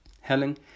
Helen